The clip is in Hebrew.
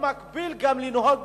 במקביל, גם לנהוג